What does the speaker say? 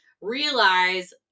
realize